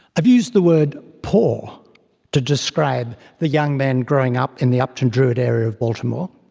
i have used the word poor to describe the young men growing up in the upton druid area of baltimore.